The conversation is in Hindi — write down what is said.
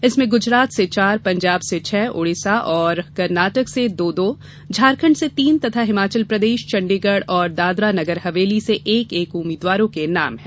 इसमें गुजरात से चार पंजाब से छह ओड़िसा और कर्नाटक से दो दो झारखंड से तीन तथा हिमाचल प्रदेश चंडीगढ़ और दादरा नगरहवेली से एक एक उम्मीदवारों के नाम हैं